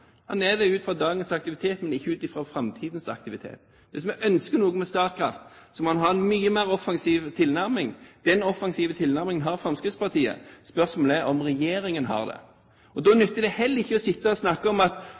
er det ut fra dagens aktivitet, men ikke ut fra framtidens aktivitet. Hvis vi ønsker noe med Statkraft, må vi ha en mye mer offensiv tilnærming. Den offensive tilnærmingen har Fremskrittspartiet. Spørsmålet er om regjeringen har det. Da nytter det heller ikke å snakke om at